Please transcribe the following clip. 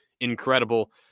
incredible